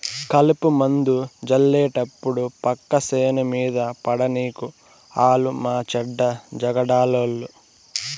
కలుపుమందు జళ్లేటప్పుడు పక్క సేను మీద పడనీకు ఆలు మాచెడ్డ జగడాలోళ్ళు